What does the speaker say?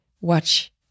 watch